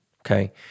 okay